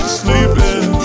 sleeping